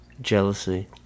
Jealousy